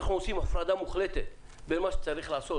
אנחנו עושים הפרדה מוחלטת במה שצריך לעשות